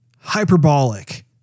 hyperbolic